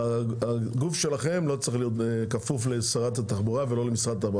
הגוף שלכם לא צריך להיות כפוף לשרת התחבורה ולא למשרד התחבורה,